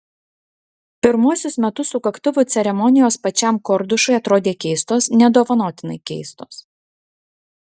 pirmuosius metus sukaktuvių ceremonijos pačiam kordušui atrodė keistos nedovanotinai keistos